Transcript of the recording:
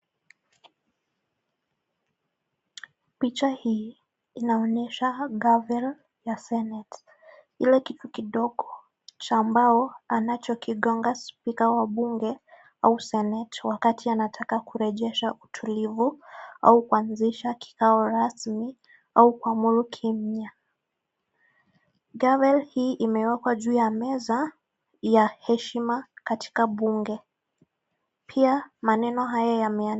Picha hii inaonyesha gavel ya Senate . Hiki kitu kidogo cha mbao anachokigonga spika wa bunge au Senate wakati anataka kurejesha utulivu au kuanzisha kikao rasmi au kwa mwisho wa kimya. Gavel hii imewekwa juu ya meza ya heshima katika bunge. Pia maneno haya yame.